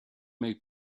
make